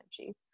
energy